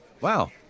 Wow